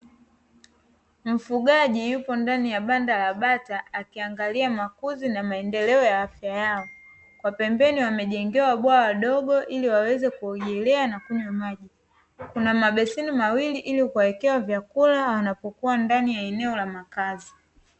Mfugaji yuko ndani ya banda la bata akiangalia makuzi na maendeleo ya afya yao. Kwa pembeni wamejengewa bwawa dogo ili waweze kuogelea na kunywa maji. Kuna mabeseni mawili ili kuwawekea vyakula wanapokuwa ndani ya eneo la makazi.